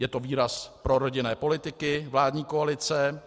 Je to výraz prorodinné politiky vládní koalice.